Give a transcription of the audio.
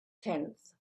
tenth